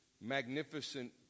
magnificent